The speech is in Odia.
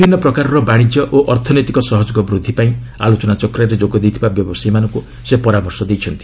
ବିବିଧ ପ୍ରକାରର ବାଶିଜ୍ୟ ଓ ଅର୍ଥନୈତିକ ସହଯୋଗ ବୃଦ୍ଧି କରିବା ପାଇଁ ଆଲୋଚନାଚକ୍ରରେ ଯୋଗଦେଇଥିବା ବ୍ୟବସାୟୀମାନଙ୍କୁ ପରାମର୍ଶ ଦେଇଛନ୍ତି